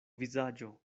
vizaĝo